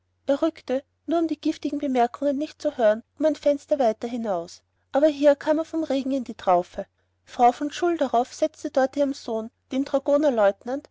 um die giftigen bemerkungen nicht zu hören um ein fenster weiter hinaus aber hier kam er vom regen in die traufe frau von schulderoff setzte dort ihrem sohn dem